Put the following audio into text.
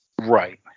Right